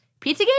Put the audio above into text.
PizzaGate